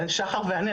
שחר ואני,